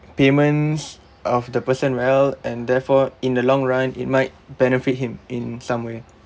payments of the person well and therefore in the long run it might benefit him in some way